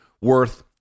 worth